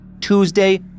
Tuesday